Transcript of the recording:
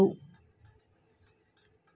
ಕಪ್ಪು ಮಣ್ಣಾಗ ಬೆಳೆಯೋ ಬೆಳಿ ಯಾವುದು?